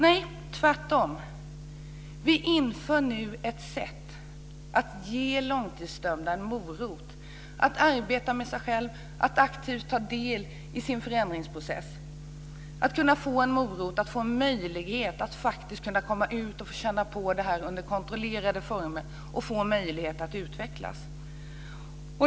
Nej, tvärtom, vi inför nu ett sätt att ge långtidsdömda en morot att arbeta med sig själv, att aktivt ta del i sin förändringsprocess, att få en möjlighet att komma ut och känna på det här under kontrollerade former och få möjlighet att utvecklas.